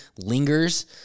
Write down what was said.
lingers